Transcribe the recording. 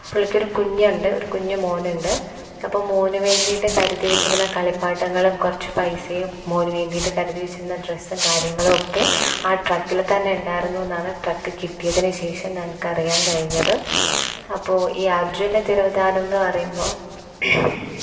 പുള്ളിക്ക് ഒരു കുഞ്ഞുണ്ട് ഒരു കുഞ്ഞ് മോനുണ്ട് അപ്പം മോന് വേണ്ടിയിട്ട് കരുതി വച്ചിരുന്ന കളിപ്പാട്ടങ്ങളും കുറച്ച് പൈസയും മോന് വേണ്ടിയിട്ട് കരുതി വെച്ചിരുന്ന ഡ്രസ്സും കാര്യങ്ങളും ഒക്കെ ആ ട്രക്കിൽ തന്നെ ഉണ്ടായിരുന്നു എന്നാണ് ട്രക്ക് കിട്ടിയതിന് ശേഷം ഞങ്ങൾക്ക് അറിയാൻ കഴിഞ്ഞത് അപ്പോൾ ഈ അര്ജുന്റെ തിരോധാനം എന്ന് പറയുമ്പോൾ